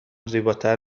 زیباتر